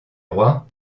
roi